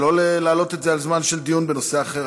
ולא להעלות את זה על זמן של דיון בנושא אחר,